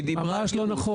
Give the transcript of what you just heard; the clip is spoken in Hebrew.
היא דיברה על טיפול.